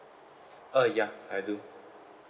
uh ya I do